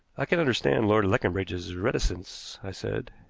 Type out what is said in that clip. i can understand lord leconbridge's reticence, i said.